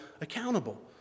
accountable